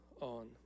on